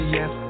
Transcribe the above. Yes